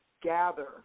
gather